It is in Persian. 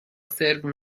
سرو